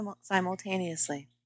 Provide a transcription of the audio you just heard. simultaneously